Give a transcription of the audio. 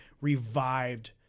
revived